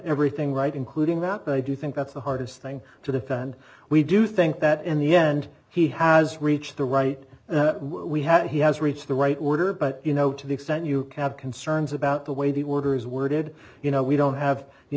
everything right including that but i do think that's the hardest thing to defend we do think that in the end he has reached the right and we have he has reached the right order but you know to the extent you can have concerns about the way the order is worded you know we don't have you